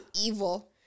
evil